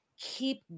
keep